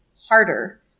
harder